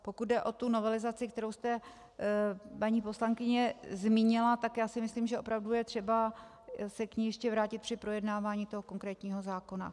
Pokud jde o novelizaci, kterou jste, paní poslankyně, zmínila, tak já si myslím, že opravdu je třeba se k ní ještě vrátit při projednávání konkrétního zákona.